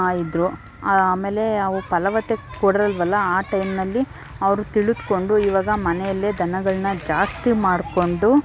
ಇದ್ದರು ಆಮೇಲೆ ಅವು ಫಲವತ್ತತೆ ಕೊಡಲ್ವಲ್ಲ ಆ ಟೈಮ್ನಲ್ಲಿ ಅವರು ತಿಳಿದ್ಕೊಂಡು ಇವಾಗ ಮನೆಯಲ್ಲೇ ದನಗಳನ್ನ ಜಾಸ್ತಿ ಮಾಡಿಕೊಂಡು